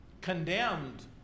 condemned